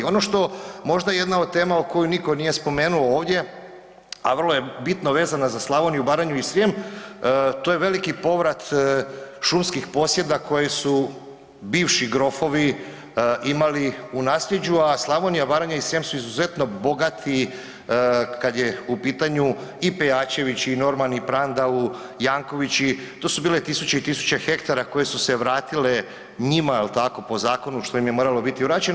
Ono što možda jedna od tema koju nitko nije spomenuo ovdje, a vrlo je bitno vezana za Slavoniju, Baranju i Srijem, to je veliki povrat šumskih posjeda koji su bivši grofovi imali u nasljeđu, a Slavonija, Baranja i Srijem su izuzetno bogati kad je u pitanju i Pejačević i Norman i Prandau, Jankovići, to su bile tisuće i tisuće hektara koje su se vratile njima jel tako po zakonu što im je moralo biti vraćeno.